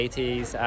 80s